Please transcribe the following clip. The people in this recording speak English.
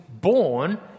born